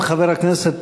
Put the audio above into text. גם חבר הכנסת